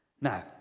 Now